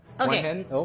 Okay